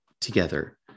together